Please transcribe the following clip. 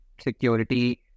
security